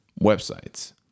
websites